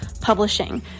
Publishing